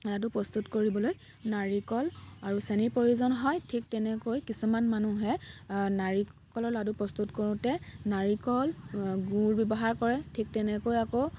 লাড়ু প্ৰস্তুত কৰিবলৈ নাৰিকল আৰু চেনিৰ প্ৰয়োজন হয় ঠিক তেনেকৈ কিছুমান মানুহে নাৰিকলৰ লাড়ু প্ৰস্তুত কৰোঁতে নাৰিকল গুৰ ব্যৱহাৰ কৰে ঠিক তেনেকৈ আকৌ